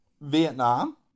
Vietnam